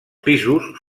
pisos